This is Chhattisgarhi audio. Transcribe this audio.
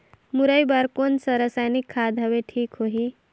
मुरई बार कोन सा रसायनिक खाद हवे ठीक होही?